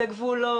זה גבולות,